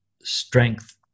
strength